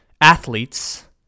athletes